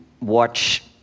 watch